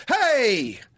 hey